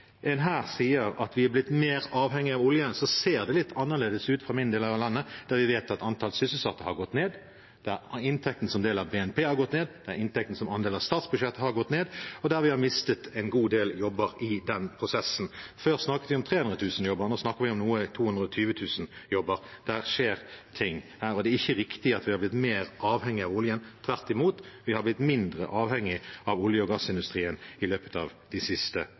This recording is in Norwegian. en her sier at vi er blitt mer avhengig av oljen, ser det litt annerledes ut for min del av landet, der vi vet at antall sysselsatte har gått ned, der inntekten som del av BNP har gått ned, der inntekten som andel av statsbudsjettet har gått ned, og der vi har mistet en god del jobber i den prosessen. Før snakket vi om 300 000 jobber, nå snakker vi om 220 000 jobber. Det skjer ting her, og det er ikke riktig at vi har blitt mer avhengig av oljen, tvert imot: Vi har blitt mindre avhengig av olje- og gassindustrien i løpet av de siste